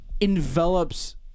envelops